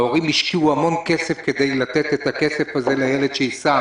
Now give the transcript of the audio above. ההורים השקיעו המון כסף כדי שהילד ייסע